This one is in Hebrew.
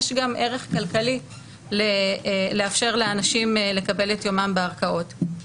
יש גם ערך כלכלי לאפשר לאנשים לקבל את יומם בערכאות.